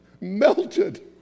melted